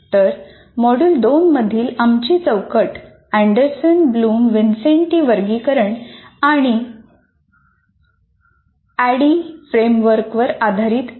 तर मॉड्यूल 2 मधील आमची चौकट अँडरसन ब्लूम विन्सेन्टी वर्गीकरण आणि एडीडीई फ्रेमवर्कवर आधारित आहे